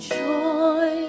joy